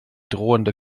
drohende